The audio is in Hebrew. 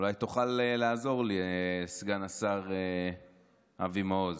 אולי תוכל לעזור לי, סגן השר אבי מעוז?